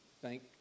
thank